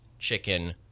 Chicken